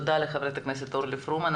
תודה ח"כ אורלי פרומן.